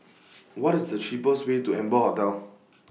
What IS The cheapest Way to Amber Hotel